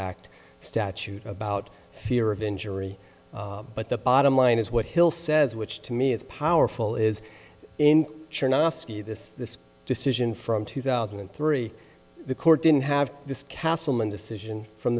act statute about fear of injury but the bottom line is what hill says which to me is powerful is in this decision from two thousand and three the court didn't have this castleman decision from